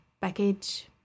package